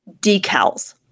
decals